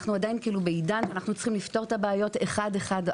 אנחנו עדיין בעידן שאנחנו צריכים לפתור את הבעיות אחת לאחת.